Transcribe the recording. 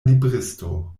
libristo